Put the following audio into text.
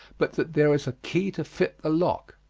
but that there is a key to fit the lock.